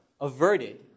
averted